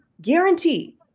guarantee